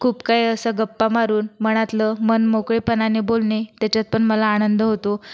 खूप काही असं गप्पा मारून मनातलं मनमोकळेपनाणे बोलणे त्याच्यात पण मला आनंद होतो